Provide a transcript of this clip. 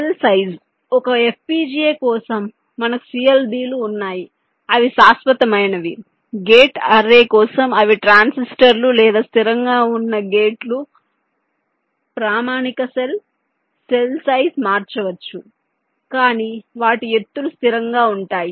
cell size ఒక FPGA కోసం మనకు CLB లు ఉన్నాయి అవి శాశ్వతమైనవి గేట్ అర్రే కోసం అవి ట్రాన్సిస్టర్లు లేదా స్థిరంగా ఉన్న గేట్లు ప్రామాణిక సెల్ సెల్ సైజ్ మారవచ్చు కానీ వాటి ఎత్తులు స్థిరంగా ఉంటాయి